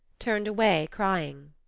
turned away crying.